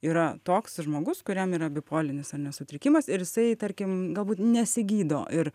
yra toks žmogus kuriam yra bipolinis ar ne sutrikimas ir jisai tarkim galbūt nesigydo ir